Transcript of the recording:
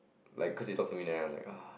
like cause they talk to me then I'm like uh